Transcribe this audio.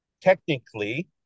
technically